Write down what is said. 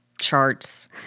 charts